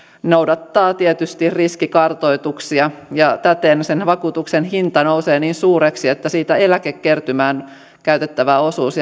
noudattaa tietysti riskikartoituksia täten sen vakuutuksen hinta nousee niin suureksi että siitä eläkekertymään käytettävä osuus